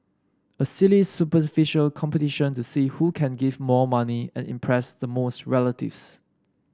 a silly superficial competition to see who can give more money and impress the most relatives